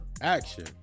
action